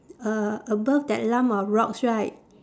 uh above that lump of rocks right